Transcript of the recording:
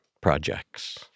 projects